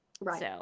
Right